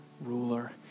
ruler